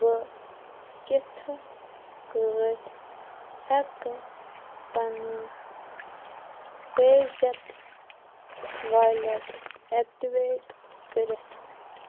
بہٕ کِتھٕ پٲٹھۍ ہٮ۪کہٕ پنُن پے زیپ وایلیٹ ایکٹوٗیٹ کٔرِتھ